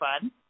fun